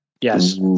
Yes